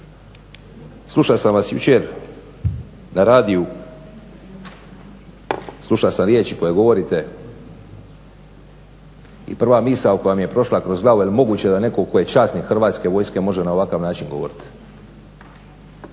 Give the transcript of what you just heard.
Slušao sam vas jučer na radiju, slušao sam riječi koje govorite i prva misao koja mi je prošla kroz glavu jel moguće da neko tko je časnik hrvatske vojske može na ovakav način govoriti.